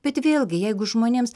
bet vėlgi jeigu žmonėms